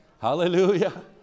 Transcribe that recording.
Hallelujah